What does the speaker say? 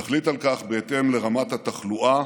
נחליט על כך בהתאם לרמת התחלואה,